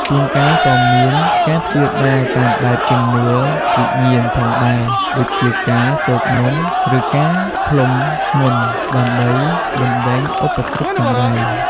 ជួនកាលក៏មានការព្យាបាលតាមបែប ជំនឿវិញ្ញាណ ផងដែរ ដូចជាការសូត្រមន្ត ឬការផ្លុំមន្ត ដើម្បីបណ្ដេញឧបទ្រពចង្រៃ។